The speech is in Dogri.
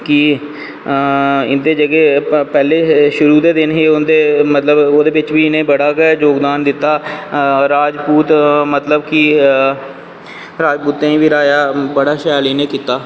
कि इंदे जेह्के पैह्ले शुरु दे दिन हे उंदे ओह्दे बिच्च बी इनै बड़ा गै जोगदान दित्ता राजपूत मतलव कि राजपूतें गी बी इनें बड़ा शैल कीता